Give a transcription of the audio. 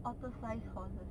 otter size horses